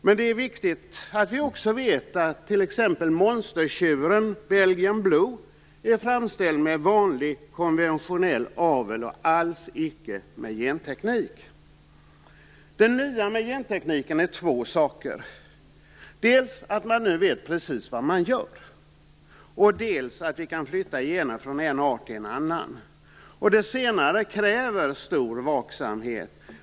Men det är också viktigt att veta att t.ex. monstertjuren Belgian Blue är framställd med vanlig konventionell avel och alls icke med genteknik. Det nya med gentekniken är två saker: dels att man nu vet precis vad man gör, dels att vi kan flytta gener från en art till en annan. Och detta senare kräver stor vaksamhet.